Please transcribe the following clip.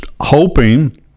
hoping